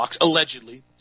allegedly